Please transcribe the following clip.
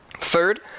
Third